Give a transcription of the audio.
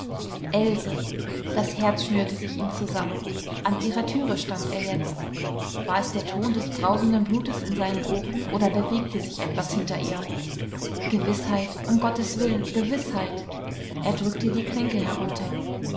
else das herz schnürte sich ihm zusammen an ihrer türe stand er jetzt war es der ton des brausenden blutes in seinen ohren oder bewegte sich etwas hinter ihr gewißheit um gottes willen gewißheit er drückte die klinke herunter